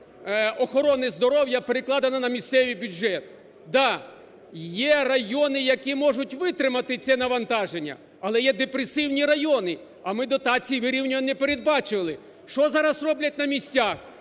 охорони здоров'я перекладено на місцевий бюджет. Да, є райони, які можуть витримати це навантаження, але є депресивні райони, а ми дотації, вирівнювання не передбачували. Що зараз роблять на місцях?